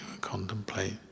contemplate